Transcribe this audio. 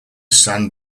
san